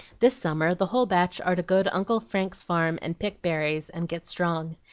this summer the whole batch are to go to uncle frank's farm and pick berries, and get strong.